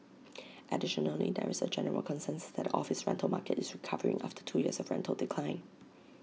additionally there is A general consensus that the office rental market is recovering after two years of rental decline